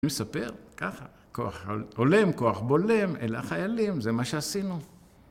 מספר, ככה, כוח אולם, כוח בולם אל החיילים, זה מה שעשינו.